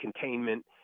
containment